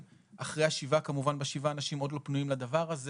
אחרי השבעה כי בשבעה אנשים עוד לא פנויים לזה,